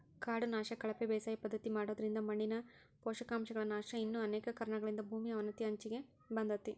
ಕಾಡು ನಾಶ, ಕಳಪೆ ಬೇಸಾಯ ಪದ್ಧತಿ ಮಾಡೋದ್ರಿಂದ ಮಣ್ಣಿನ ಪೋಷಕಾಂಶಗಳ ನಾಶ ಇನ್ನು ಅನೇಕ ಕಾರಣಗಳಿಂದ ಭೂಮಿ ಅವನತಿಯ ಅಂಚಿಗೆ ಬಂದೇತಿ